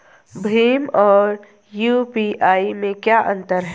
भीम और यू.पी.आई में क्या अंतर है?